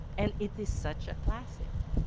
and it is such a classic.